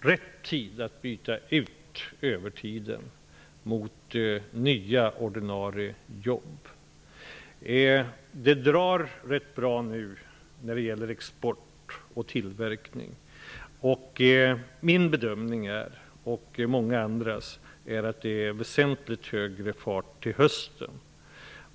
rätt tid att byta ut övertiden mot nya ordinarie jobb. Det går rätt bra nu när det gäller export och tillverkning. Min och många andras bedömning är att det kommer att vara väsentligt högre fart till hösten.